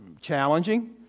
challenging